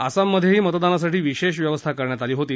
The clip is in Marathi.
आसाममधेही मतदानासाठी विशेष व्यवस्था करण्यात आली होती